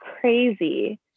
crazy